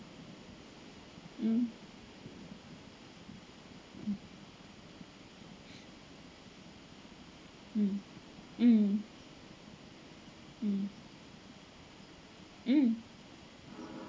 mm mm mm mm mm um